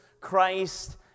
Christ